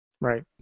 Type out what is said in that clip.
Right